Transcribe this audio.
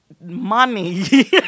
money